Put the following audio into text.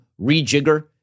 rejigger